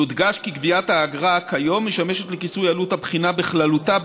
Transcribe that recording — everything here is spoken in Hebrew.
יודגש כי גביית האגרה כיום משמשת לכיסוי עלות הבחינה בכללותה,